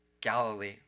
Galilee